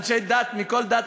אנשי דת מכל דת,